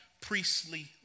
priestly